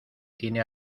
tiene